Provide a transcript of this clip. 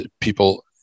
people